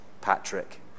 Patrick